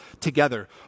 together